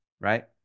Right